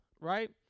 Right